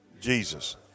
Jesus